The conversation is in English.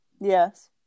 Yes